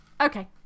Okay